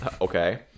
okay